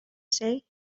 say